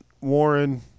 Warren